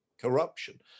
corruption